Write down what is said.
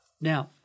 Now